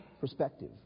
perspective